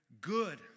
good